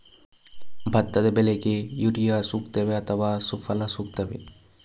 ಭತ್ತದ ಬೆಳೆಗೆ ಯೂರಿಯಾ ಸೂಕ್ತವೇ ಅಥವಾ ಸುಫಲ ಸೂಕ್ತವೇ?